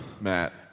Matt